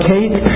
Kate